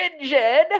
rigid